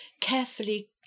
carefully